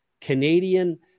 Canadian